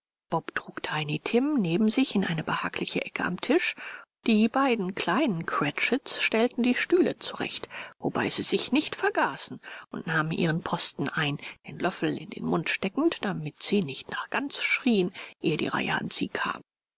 trug tiny tim neben sich in eine behagliche ecke am tisch die beiden kleinen cratchits stellten die stühle zurecht wobei sie sich nicht vergaßen und nahmen ihren posten ein den löffel in den mund steckend damit sie nicht nach gans schrieen ehe die reihe an sie kam